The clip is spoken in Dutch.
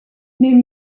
neem